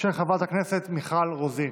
של חברת הכנסת מיכל רוזין.